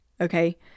okay